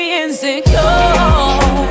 insecure